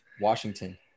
Washington